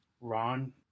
Ron